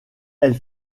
elle